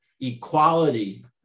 equality